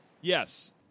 Yes